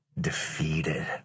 defeated